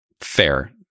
Fair